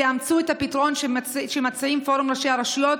תאמצו את הפתרון שמציעים פורום ראשי הרשויות,